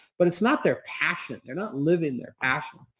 but it's not their passion. they're not living their passion.